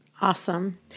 Awesome